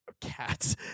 cats